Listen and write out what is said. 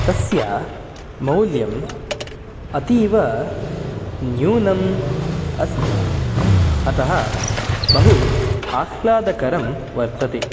तस्य मौल्यम् अतीवन्यूनम् अस्ति अतः बहु आह्लादकरं वर्तते